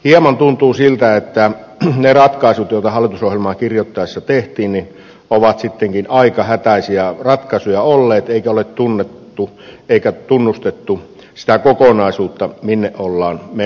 hieman tuntuu siltä että ne ratkaisut joita hallitusohjelmaa kirjoitettaessa tehtiin ovat sittenkin aika hätäisiä ratkaisuja olleet eikä ole tunnettu eikä tunnustettu sitä kokonaisuutta minne ollaan menossa